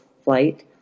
flight